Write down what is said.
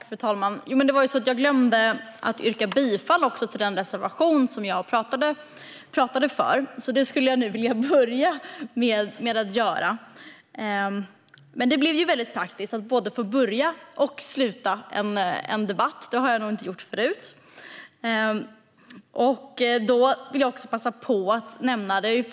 Fru talman! Jag glömde yrka bifall till den reservation jag talade för, så jag vill börja med att göra det. Men det blev ju praktiskt att få både inleda och avsluta en debatt; det har jag nog inte gjort förut. Jag vill därför passa på att nämna ett par saker.